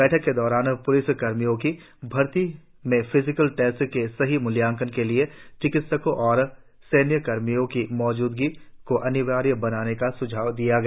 बैठक के दौरान पुलिस कर्मियों की भर्ती में फिजिकल टेस्ट के सही मूल्यांकन के लिए चिकित्सकों और सैन्य कर्मियों की मौजूदगी को अनिवार्य बनाने का स्झाव दिया गया